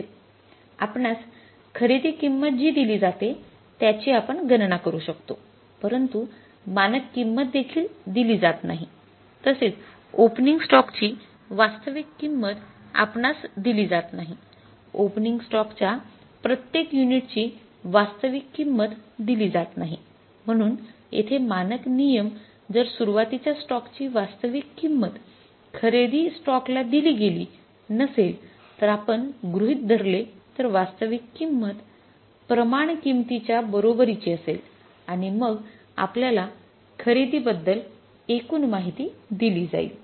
आपणास खरेदी किंमत जी दिली जाते त्याची आपण गणना करू शकतो परंतु मानक किंमत देखील दिले जात नाही तसेच ओपनिंग स्टॉक ची वास्तविक किंमत आपणास दिली जात नाही ओपनिंग स्टॉक च्या प्रत्येक युनिटची वास्तविक किंमत दिली जात नाही म्हणून येथे मानक नियम जर सुरुवातीच्या स्टॉकची वास्तविक किंमत खरेदी स्टॉकला दिली गेली नसेल तर आपण गृहित धरले तर वास्तविक किंमत प्रमाण किंमतीच्या बरोबरी ची असेल आणि मग आपल्याला खरेदी बद्दल एकूण माहिती दिली जाईल